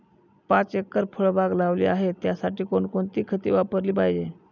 पाच एकर फळबाग लावली आहे, त्यासाठी कोणकोणती खते वापरली पाहिजे?